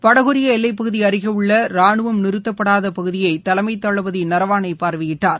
வடகொரியா எல்லைப்பகுதி அருகே உள்ள ரானுவம் நிறுத்தப்படாத பகுதியை தலைமை தளபதி நரவாணே பார்வையிட்டார்